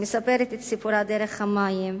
מספרת את סיפורה דרך המים,